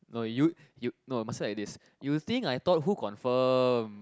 no you you no must like this you think I thought who confirm